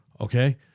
Okay